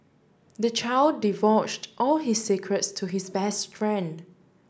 the child divulged all his secrets to his best friend